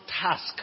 task